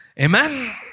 Amen